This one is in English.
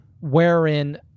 wherein